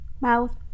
Mouth